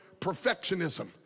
perfectionism